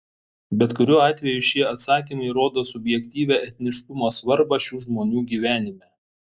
bet kuriuo atveju šie atsakymai rodo subjektyvią etniškumo svarbą šių žmonių gyvenime